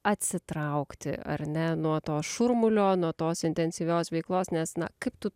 atsitraukti ar ne nuo to šurmulio nuo tos intensyvios veiklos nes na kaip tu